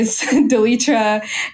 Delitra